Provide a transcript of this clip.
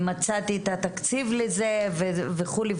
ומצאתי את התקציב לזה וכו'.